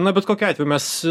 na bet kokiu atveju mes